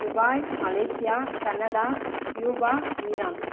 Dubai Malaysia Canada Cuba Iran